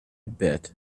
bit